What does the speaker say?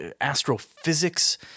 astrophysics